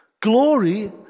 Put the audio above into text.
Glory